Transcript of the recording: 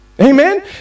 Amen